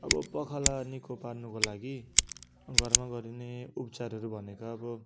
अब पखाला निको पार्नुको लागि घरमा गरिने उपचारहरू भनेको अब